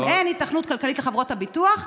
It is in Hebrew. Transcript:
אם אין היתכנות כלכלית לחברות הביטוח,